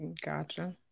Gotcha